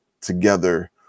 together